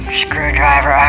screwdriver